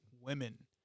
women